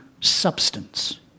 substance